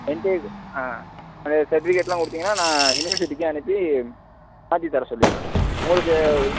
என்கிட்டியே ஆ அந்த சர்ட்டிவிகேட்லாம் கொடுத்திங்கனா நான் யூனிவர்சிட்டிக்கு அனுப்பி மாற்றித் தர சொல்லிடுறேன் உங்களுக்கு